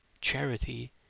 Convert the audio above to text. charity